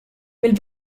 mill